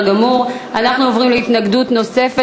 אנחנו עוברים להתנגדות נוספות,